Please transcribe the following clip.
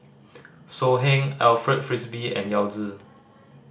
So Heng Alfred Frisby and Yao Zi